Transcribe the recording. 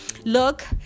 look